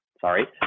sorry